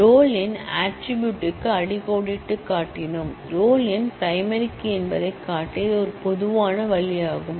role எண் ஆட்ரிபூட்க்கு அடிக்கோடிட்டுக் காட்டினோம் ரோல் எண் பிரைமரி கீ என்பதைக் காட்ட இது ஒரு பொதுவான வழியாகும்